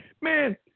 Man